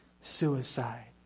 suicide